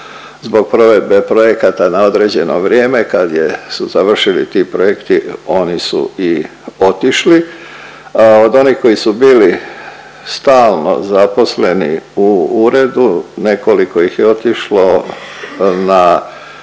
zbog provedbe projekata na određeno vrijeme, kad je, su završili ti projekti oni su i otišli. Od onih koji su bili stalno zaposleni u uredu nekoliko ih je otišlo na